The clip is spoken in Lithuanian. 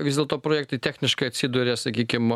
vis dėlto projektai techniškai atsiduria sakykim